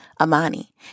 Amani